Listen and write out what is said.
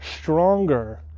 stronger